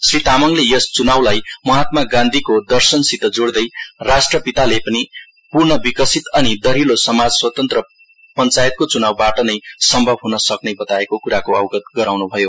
श्री तामाङले यस चुनाउलाई महात्मा गान्धीको दर्शनसित जोइदै राष्ट्रपितले पनि पूर्ण विकसित अनि दह्लिलो समाज स्वतन्त्र पञ्चातको चुनाउबाट नै सम्भव हुनसक्ने बताएको कुराको अवगत गराउनु भयो